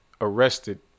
arrested